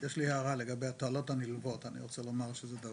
יש לי הערה לגבי התועלות הנלוות: זה דבר